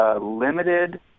limited